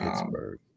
Pittsburgh